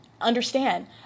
understand